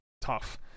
tough